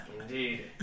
Indeed